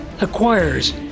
acquires